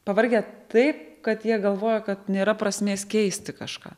pavargę taip kad jie galvoja kad nėra prasmės keisti kažką